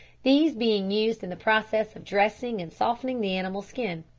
these being used in the process of dressing and softening the animal's skin.